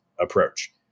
approach